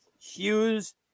Hughes